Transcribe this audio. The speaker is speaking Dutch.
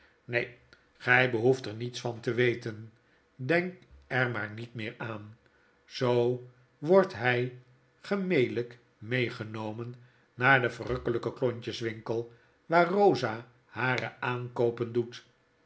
neen gy behoeft er niets van te weten denk er maar niet meer aan zoo wordt hij gemelyk meegenomen naar den verrukkelijke klontjes winkel waar rosa hare aankoopen doet